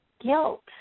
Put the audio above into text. guilt